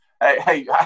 hey